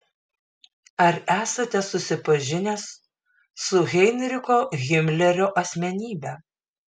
ar esate susipažinęs su heinricho himlerio asmenybe